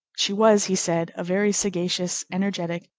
she was, he said, a very sagacious, energetic,